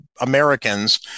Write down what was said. Americans